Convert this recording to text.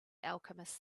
alchemist